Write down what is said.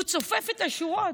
הוא צופף את השורות,